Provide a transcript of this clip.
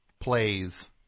Plays